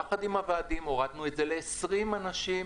יחד עם הוועדים הורדנו את זה ל-20 אנשים,